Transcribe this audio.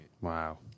Wow